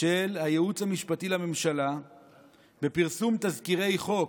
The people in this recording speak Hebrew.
של הייעוץ המשפטי לממשלה בפרסום תזכירי חוק,